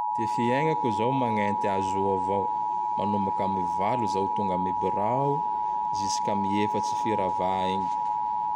Ty fiagnako zao magnenty azo o avao. Manombok am valo zaho tonga ami birao zisk am efatry firavà igny.